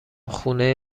خونه